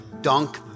dunk